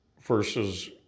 versus